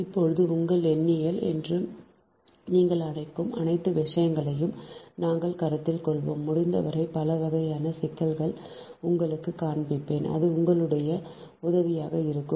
இப்போது உங்கள் எண்ணியல் என்று நீங்கள் அழைக்கும் அனைத்து விஷயங்களையும் நாங்கள் கருத்தில் கொள்வோம் முடிந்தவரை பலவகையான சிக்கல்களை உங்களுக்குக் காண்பிப்பேன் அது உங்களுக்கு உதவியாக இருக்கும்